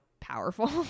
powerful